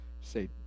say